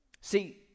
See